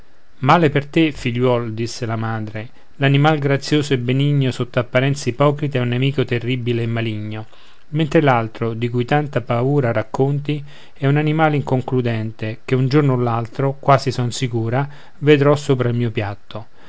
male per te figliuol disse la madre l'animal grazioso e benigno sotto apparenza ipocrita è un nemico terribile e maligno mentre l'altro di cui tanta paura racconti è un animal inconcludente che un giorno o l'altro quasi son sicura vedrò sopra il mio piatto